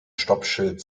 stoppschild